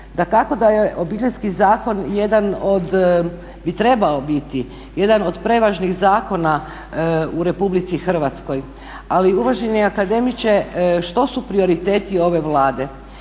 Dakako da je Obiteljski zakon jedan od bi trebao biti jedan od prevažnih zakona u RH, ali uvaženi akademiče što su prioriteti ove Vlade?